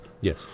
Yes